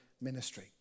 ministry